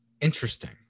interesting